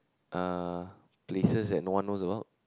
uh places that no one knows about